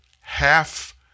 half